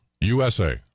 USA